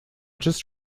just